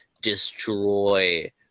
destroy